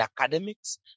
academics